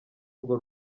urwo